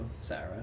Sarah